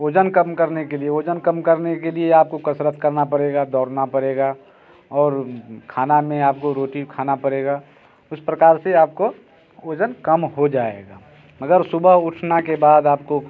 वज़न कम करने के लिए वज़न कम करने के लिए आपको कसरत करना पड़ेगा दौड़ना पड़ेगा और खाने में आपको रोटी खाना पड़ेगा इस प्रकार से आपको वज़न कम हो जाएगा मगर सुबह उठने के बाद आपको